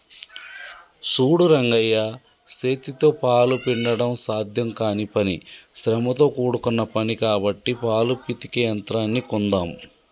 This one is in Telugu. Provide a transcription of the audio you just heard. సూడు రంగయ్య సేతితో పాలు పిండడం సాధ్యం కానీ పని శ్రమతో కూడుకున్న పని కాబట్టి పాలు పితికే యంత్రాన్ని కొందామ్